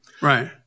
right